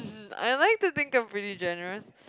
I like to think I'm pretty generous